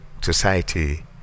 society